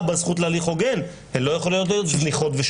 בזכות להליך הוגן הן לא יכולות להיות זניחות.